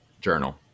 journal